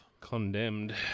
Condemned